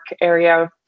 area